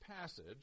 passage